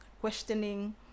questioning